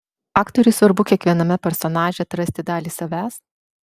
aktoriui svarbu kiekviename personaže atrasti dalį savęs